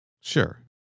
Sure